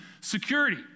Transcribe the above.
Security